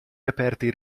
reperti